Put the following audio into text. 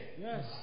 Yes